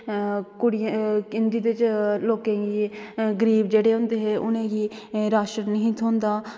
कुड़ियें इदे बिच लोकें गी गरीब जेहडे़ होंदे हे उनेंगी राशन नेईं ही थ्होंदा